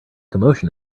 commotion